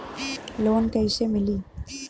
Loan कईसे मिली?